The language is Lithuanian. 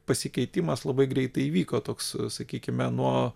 pasikeitimas labai greitai įvyko toks sakykime nuo